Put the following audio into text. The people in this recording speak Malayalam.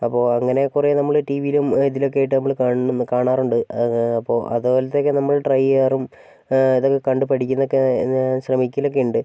അപ്പോൾ അങ്ങനെ കുറേ നമ്മൾ ടി വിയിലും ഇതിലൊക്കെയായിട്ട് നമ്മൾ കാണ കാണാറുണ്ട് അപ്പോൾ അതുപോലത്തെയൊക്കെ നമ്മൾ ട്രൈ ചെയ്യാറും അതൊക്കെ കണ്ടുപഠിക്കുന്നൊക്കെ ശ്രമിക്കലൊക്കെയുണ്ട്